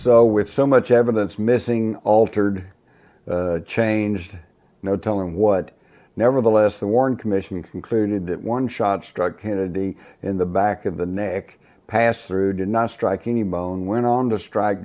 so with so much evidence missing altered changed no telling what nevertheless the warren commission concluded that one shot struck kennedy in the back of the neck passthrough did not striking the bone went on to strike